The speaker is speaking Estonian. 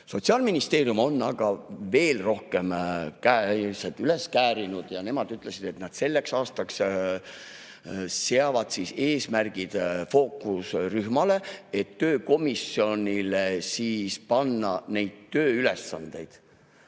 Sotsiaalministeerium on aga veel rohkem käised üles käärinud. Nemad ütlesid, et nad selleks aastaks seavad eesmärgid fookusrühmale, et töökomisjonile panna neid tööülesandeid.